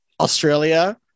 australia